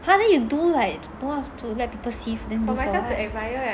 but then you do like don't have to let people see then do for [what]